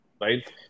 right